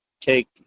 Take